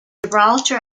gibraltar